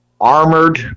armored